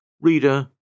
Reader